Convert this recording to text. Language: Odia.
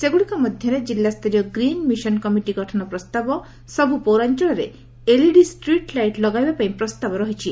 ସେଗୁଡିକ ମଧ୍ଧରେ ଜିଲ୍ଲାସ୍ଡରୀୟ ଗ୍ରୀନ ମିଶନ କମିଟି ଗଠନ ପ୍ରସ୍ତାବ ସବୁ ପୌରାଞଳରେ ଲାଗି ଏଲଇଡିଷ୍ଟ୍ରୀଟ୍ ଲାଇଟ୍ ଲଗାଇବା ପାଇଁ ପ୍ରସ୍ତାବ ରହିଛି